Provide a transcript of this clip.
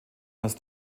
als